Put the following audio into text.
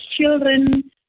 children